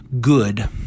good